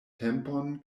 tempon